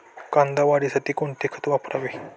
कांदा वाढीसाठी कोणते खत वापरावे?